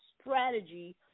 strategy